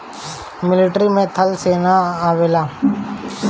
military में थल सेना आवेला